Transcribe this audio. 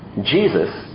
Jesus